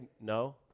no